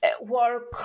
work